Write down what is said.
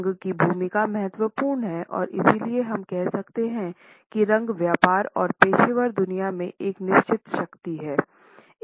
रंग की भूमिका महत्वपूर्ण है और इसलिए हम कह सकते हैं कि रंग व्यापार और पेशेवर दुनिया में एक निश्चित शक्ति हैं